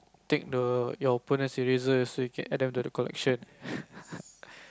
take the your opponent's eraser so you can add them to the collection